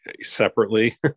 separately